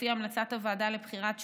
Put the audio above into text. לפי המלצת הוועדה לבחירת שופטים,